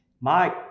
Mike